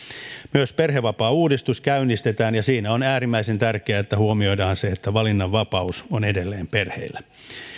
myös perhevapaauudistus käynnistetään ja siinä on äärimmäisen tärkeää että huomioidaan se että valinnanvapaus on edelleen perheillä